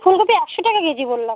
ফুলকপি একশো টাকা কেজি বললাম